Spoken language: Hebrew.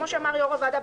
כמו שאמר יו"ר הוועדה,